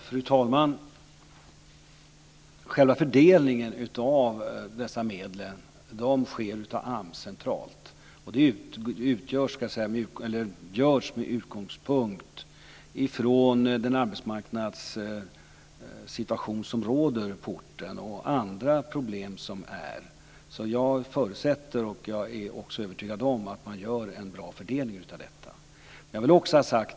Fru talman! Själva fördelningen av medlen sker av AMS centralt. Det görs med utgångspunkt från den arbetsmarknadssituation som råder på orten och andra problem som finns. Jag förutsätter och är också övertygad om att man gör en bra fördelning av medlen.